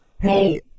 Hey